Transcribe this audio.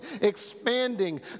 expanding